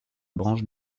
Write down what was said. branche